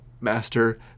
master